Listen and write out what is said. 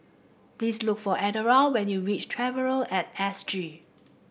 please look for Eldora when you reach Traveller at S G